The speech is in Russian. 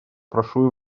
прошу